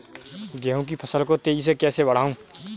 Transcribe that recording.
गेहूँ की फसल को तेजी से कैसे बढ़ाऊँ?